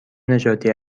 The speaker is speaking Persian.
نژادی